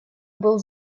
был